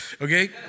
okay